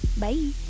Bye